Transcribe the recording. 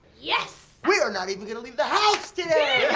yes! we are not even going to leave the house today!